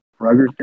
Ruggers